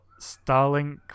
Starlink